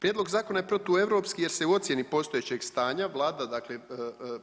Prijedlog zakona je protueuropski jer se u ocijeni postojećeg stanja Vlada dakle